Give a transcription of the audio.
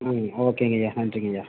ம் ஓகேங்கய்யா நன்றிங்கய்யா